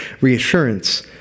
reassurance